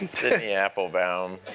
sidney applebaum.